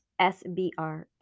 SBR